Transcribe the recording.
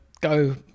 go